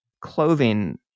clothing